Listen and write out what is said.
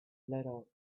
little